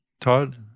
Todd